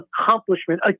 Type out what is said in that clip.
accomplishment